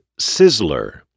Sizzler